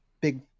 big